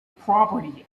property